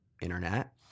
internet